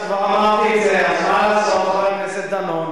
לא רק התרעתי, גם הצגתי תוכנית.